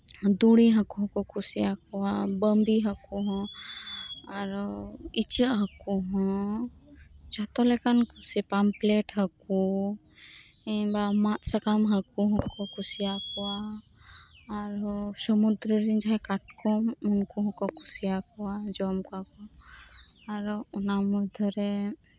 ᱫᱩᱬᱤ ᱦᱟᱹᱠᱩ ᱠᱚᱦᱚᱸ ᱦᱚᱠᱩ ᱠᱩᱥᱤᱭᱟᱠᱩᱣᱟ ᱵᱟᱺᱵᱤ ᱦᱟᱹᱠᱩ ᱦᱚᱸ ᱟᱨᱚ ᱤᱪᱟᱹᱜ ᱦᱟᱹᱠᱩ ᱦᱚᱸ ᱡᱚᱛᱚᱞᱮᱠᱟᱧ ᱠᱩᱥᱤᱭᱟᱠᱩᱣᱟ ᱯᱟᱢᱯᱞᱮᱴ ᱦᱟᱹᱠᱩ ᱦᱚᱱ ᱠᱤᱱᱵᱟ ᱢᱟᱫ ᱥᱟᱠᱟᱢ ᱦᱟᱹᱠᱩ ᱦᱚᱠᱚ ᱠᱩᱥᱤᱭᱟᱠᱩᱣᱟ ᱟᱨ ᱦᱚᱸ ᱥᱩᱢᱩᱫᱨᱩᱨᱮᱱ ᱡᱟᱦᱟᱸᱭ ᱠᱟᱴᱠᱚᱢ ᱩᱱᱠᱩ ᱦᱚᱠᱩ ᱠᱩᱥᱤᱭᱟᱠᱩᱣᱟ ᱡᱚᱢ ᱠᱚᱣᱟᱠᱩ ᱟᱨᱚ ᱚᱱᱟ ᱢᱚᱫᱷᱮᱨᱮ